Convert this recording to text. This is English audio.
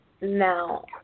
Now